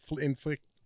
inflict